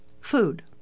Food